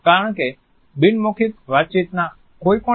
કારણ કે બિન મૌખિક વાતચીત ના કોઈ પણ પાસાને અલગથી લઈ શકતા નથી